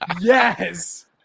Yes